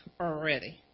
already